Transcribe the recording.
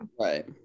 right